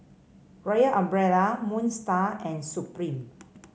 Royal Umbrella Moon Star and Supreme